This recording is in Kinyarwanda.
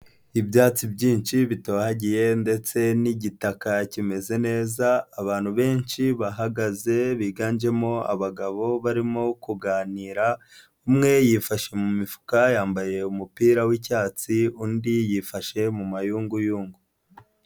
Ibyatsi byinshi bitohagiye ndetse n'igitaka kimeze neza, abantu benshi bahagaze biganjemo abagabo barimo kuganira, umwe yifashe mu mifuka yambaye umupira w'icyatsi undi yifashe mu mayunguyugu.